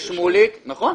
נכון.